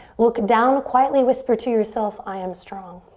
look down. quietly whisper to yourself, i am strong.